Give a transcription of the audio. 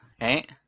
Right